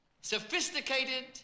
sophisticated